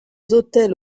hôtels